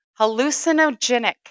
hallucinogenic